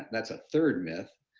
that's a third myth,